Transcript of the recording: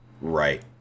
Right